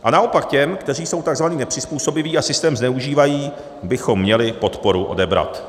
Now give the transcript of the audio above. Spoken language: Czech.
A naopak těm, kteří jsou takzvaně nepřizpůsobiví a systém zneužívají, bychom měli podporu odebrat.